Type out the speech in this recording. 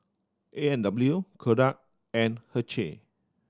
A and W Kodak and Herschel